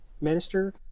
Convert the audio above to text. minister